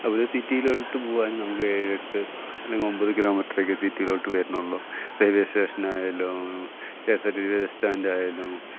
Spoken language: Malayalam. അതുപോലെ സിറ്റീലോട്ട് പോകാൻ നമുക്ക് ഏഴ് എട്ട് അല്ലെങ്കിൽ ഒൻപത് കിലോമീറ്റ്റക്കെ സിറ്റീലോട്ട് വരുന്നുള്ളു റയിൽ വേ സ്റ്റേഷനായാലും K S R T C bus സ്റ്റാൻറ്റായാലും